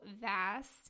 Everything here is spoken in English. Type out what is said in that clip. vast